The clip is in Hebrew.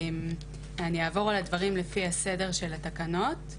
אני אעבור על הדברים לפי הסדר של התקנות,